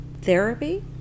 therapy